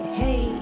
hey